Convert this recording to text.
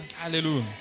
Hallelujah